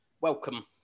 Welcome